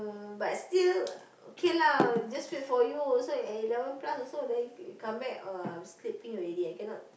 uh but still can lah just wait for you also at eleven plus also then come back ah I'm sleeping already I cannot